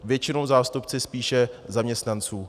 Většinou zástupci spíše zaměstnanců.